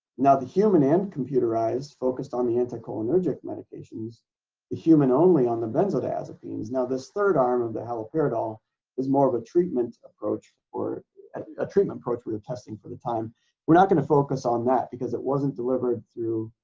now the human and computerized focused on the anticholinergic medications the human only on the benzodiazepines now this third arm of the haloperidol is more of a treatment approach or a treatment approach we're testing for the time we're not going to focus on that because it wasn't delivered through